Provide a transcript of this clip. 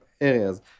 areas